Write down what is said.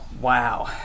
Wow